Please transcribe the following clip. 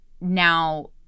now